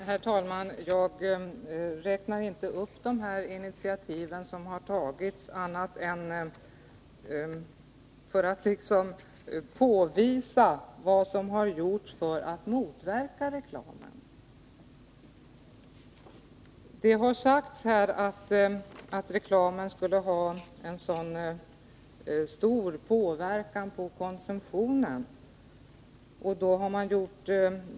Herr talman! Jag räknade inte upp de initiativ som har tagits annat än för att påvisa vad som har gjorts för att motverka reklamen. Det har sagts att reklamen skulle ha en stor inverkan på konsumtionen.